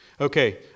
Okay